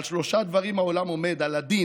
על שלושה דברים העולם עומד: על הדין,